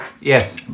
Yes